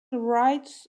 rights